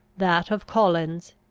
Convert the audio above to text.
that of collins,